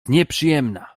nieprzyjemna